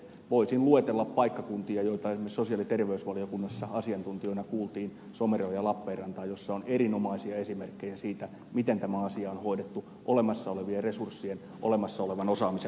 voisin luetella paikkakuntia joita esimerkiksi sosiaali ja terveysvaliokunnassa asiantuntijoina kuultiin somero ja lappeenranta joissa on erinomaisia esimerkkejä siitä miten tämä asia on hoidettu olemassa olevien resurssien ja olemassa olevan osaamisen puitteissa